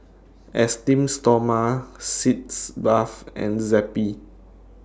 Esteem Stoma Sitz Bath and Zappy